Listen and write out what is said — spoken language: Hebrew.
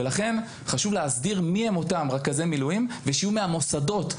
ולכן חשוב להסדיר מיהם אותם רכזי מילואים ושיהיו מהמוסדות,